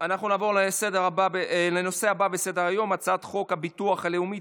אנחנו עוברים להצעת החוק השלישית,